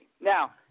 Now